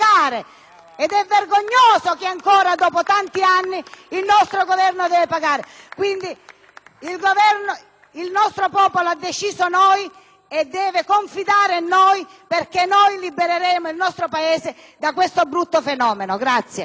ed è vergognoso che ancora, dopo tanti anni, il nostro Governo debba pagare. Quindi, il nostro popolo ha scelto noi e deve confidare in noi perché noi libereremo il nostro Paese da questo brutto fenomeno!